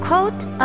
quote